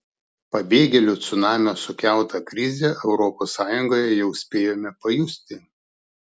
pabėgėlių cunamio sukeltą krizę europos sąjungoje jau spėjome pajusti